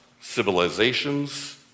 civilizations